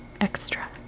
extra